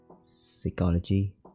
psychology